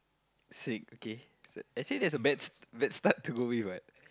sick okay actually that's a bad bad start to go with what